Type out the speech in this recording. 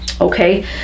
okay